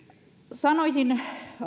sanoisin